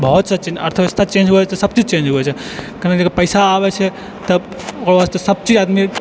बहुत सा चीज अर्थ व्यवस्था चेंज हुए छै तऽ सब चीज चेंज हुए छै कहै छै पैसा आबै छै तऽ ओकर वास्ते सब चीज आदमी